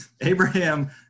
Abraham